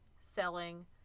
selling